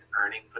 earning